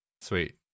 Sweet